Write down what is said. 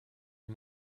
and